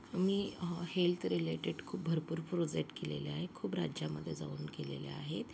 मी health related खूप भरपूर project केलेले आहे खूप राज्यांमध्ये जाऊन केलेले आहेत